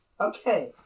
Okay